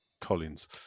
Collins